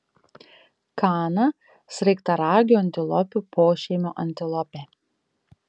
kana sraigtaragių antilopių pošeimio antilopė